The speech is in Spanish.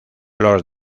los